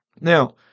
Now